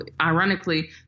ironically